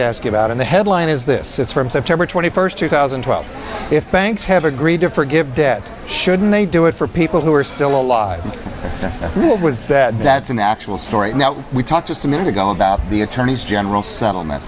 to ask you about in the headline is this is from september twenty first two thousand and twelve if banks have agreed to forgive debt shouldn't they do it for people who are still alive and rule was that that's an actual story now we talked just a minute ago about the attorneys general settlement